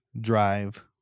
drive